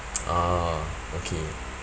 orh okay